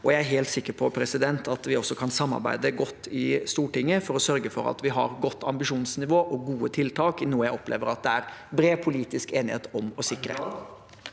Jeg er helt sikker på at vi også kan samarbeide godt i Stortinget om å sørge for at vi har et godt ambisjonsnivå og gode tiltak i noe jeg opplever at det er bred politisk enighet om. Seher